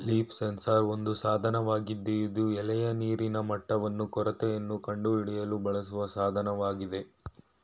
leaf sensor ಒಂದು ಸಾಧನವಾಗಿದ್ದು ಇದು ಎಲೆಯ ನೀರಿನ ಮಟ್ಟವನ್ನು ಕೊರತೆಯನ್ನು ಕಂಡುಹಿಡಿಯಲು ಬಳಸುವ ಸಾಧನವಾಗಿದೆ